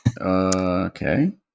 Okay